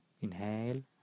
inhale